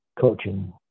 coaching